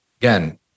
Again